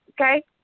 okay